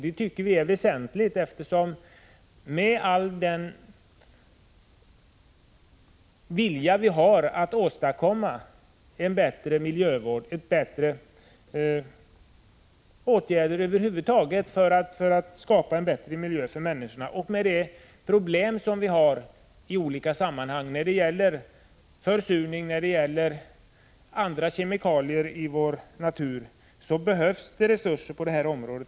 Med tanke på vår vilja att åstadkomma en bättre miljövård och att över huvud taget vidta åtgärder för att skapa en bättre miljö för människorna och med tanke på de problem som finns i olika sammanhang när det gäller försurning och när det gäller kemikalier i naturen behövs det resurser på det här området.